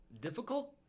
difficult